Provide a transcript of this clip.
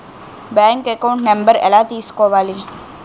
Bank account number ఎలా తీసుకోవాలి?